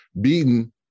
beaten